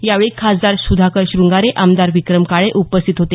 यावेळी खासदार सुधाकर शुंगारे आमदार विक्रम काळे उपस्थित होते